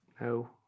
No